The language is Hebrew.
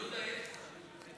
יהודה, יש שר.